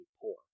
poor